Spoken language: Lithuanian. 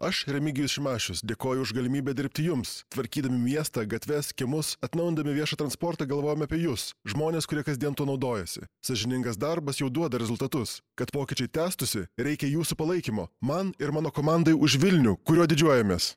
aš remigijus šimašius dėkoju už galimybę dirbti jums tvarkydami miestą gatves kiemus atnaujindami viešą transportą galvojom apie jus žmones kurie kasdien tuo naudojasi sąžiningas darbas jau duoda rezultatus kad pokyčiai tęstųsi reikia jūsų palaikymo man ir mano komandai už vilnių kuriuo didžiuojamės